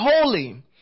holy